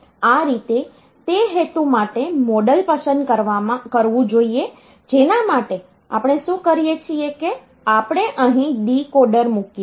આ રીતે તે હેતુ માટે મોડેલ પસંદ કરવું જોઈએ જેના માટે અપણે શું કરીએ છીએ કે આપણે અહીં ડીકોડર મૂકીએ છીએ